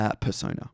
persona